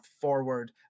forward